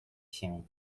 się